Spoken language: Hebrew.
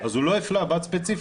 אז הוא לא הפלה בת ספציפית,